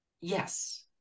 Yes